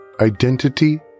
identity